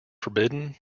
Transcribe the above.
forbidden